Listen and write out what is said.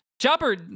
Chopper